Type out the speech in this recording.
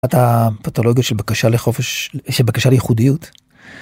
פתולוגיה של בקשה לחופש, שבקשה ליחודיות.